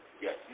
Yes